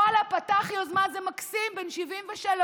ואללה, פתח יוזמה, זה מקסים, בן 73,